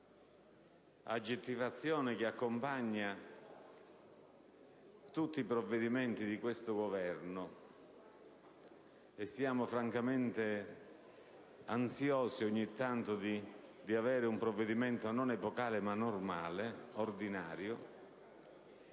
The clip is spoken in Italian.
(aggettivazione che accompagna tutti i provvedimenti di questo Governo, e siamo francamente ansiosi ogni tanto di avere un provvedimento non epocale ma normale, ordinario)